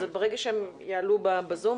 ברגע שהם יעלו בזום,